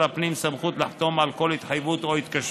הפנים סמכות לחתום על כל התחייבות או התקשרות,